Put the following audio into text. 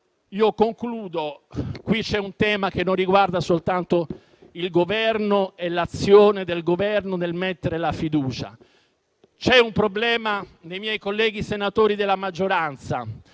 industriale. Qui c'è un tema che non riguarda soltanto il Governo e l'azione del Governo nel mettere la fiducia: c'è un problema che riguarda voi, colleghi senatori della maggioranza,